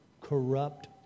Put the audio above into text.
Corrupt